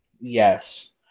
Yes